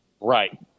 Right